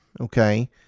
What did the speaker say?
okay